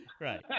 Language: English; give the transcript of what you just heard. Right